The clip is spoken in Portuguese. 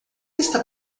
está